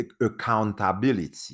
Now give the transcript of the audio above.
accountability